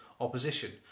opposition